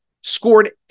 scored